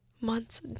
months